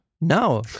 No